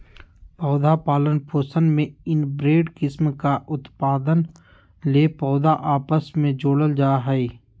पौधा पालन पोषण में इनब्रेड किस्म का उत्पादन ले पौधा आपस मे जोड़ल जा हइ